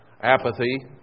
apathy